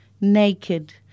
naked